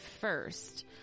first